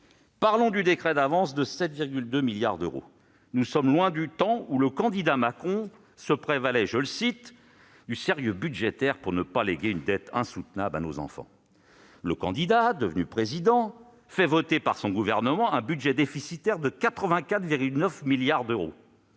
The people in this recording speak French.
Parlons du décret d'avance de 7,2 milliards d'euros. Nous sommes loin du temps où le candidat Macron se prévalait du « sérieux budgétaire pour ne pas léguer une dette insoutenable à nos enfants ». Le candidat, devenu Président de la République, fait voter par son gouvernement un budget déficitaire de 84,9 milliards d'euros,